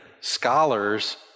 scholars